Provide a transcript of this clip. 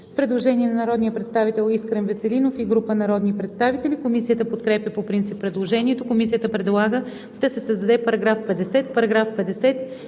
Предложение на народния представител Искрен Веселинов и група народни представители. Комисията подкрепя по принцип предложението. Комисията предлага да се създаде § 50: „§ 50.